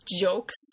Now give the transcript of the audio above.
jokes